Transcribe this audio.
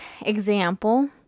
Example